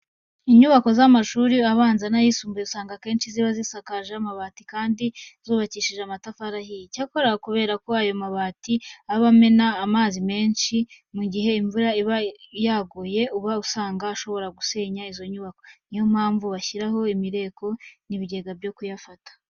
Inyubako z'amashuri abanza n'ayisumbuye usanga akenshi ziba zisakaje amabati kandi zubakishije amatafari ahiye. Icyakora kubera ko ayo mabati aba amena amazi menshi mu gihe imvura iba yaguye, uba usanga ashobora gusenya izo nyubako. Ni yo mpamvu bashyiraho imireko n'ibigega byo kuyafata.